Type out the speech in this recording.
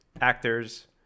actors